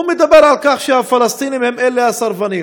הוא מדבר על כך שהפלסטינים הם אלה הסרבנים,